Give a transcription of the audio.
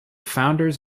founders